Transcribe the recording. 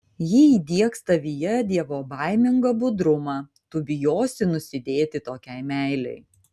ji įdiegs tavyje dievobaimingą budrumą tu bijosi nusidėti tokiai meilei